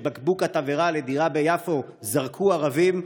בקבוק התבערה לדירה ביפו זרקו ערבים,